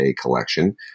collection